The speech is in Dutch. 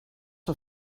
een